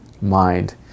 mind